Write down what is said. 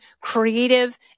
creative